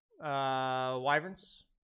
Wyverns